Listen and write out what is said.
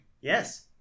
Yes